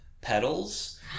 petals